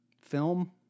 film